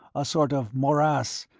a sort of morass,